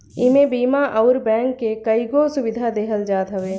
इमे बीमा अउरी बैंक के कईगो सुविधा देहल जात हवे